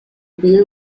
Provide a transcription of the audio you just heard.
beer